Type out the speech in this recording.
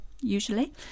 usually